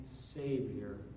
savior